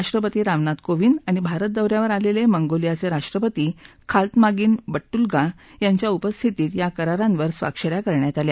राष्ट्रपती रामनाथ कोविद आणि भारत दौ यावर आलेले मंगोलियाचे राष्ट्रपती खाल्तमागीन बडुल्गा यांच्या उपस्थितीत या करारांवर स्वाक्ष या करण्यात आल्या